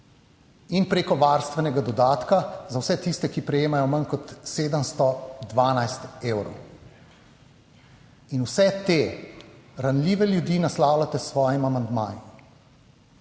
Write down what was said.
in preko varstvenega dodatka za vse tiste, ki prejemajo manj kot 712 evrov. In vse te ranljive ljudi naslavljate s svojim amandmajem